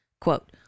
quote